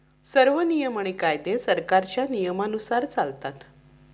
सर्व नियम आणि कायदे सरकारच्या नियमानुसार चालतात